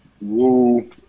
woo